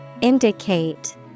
Indicate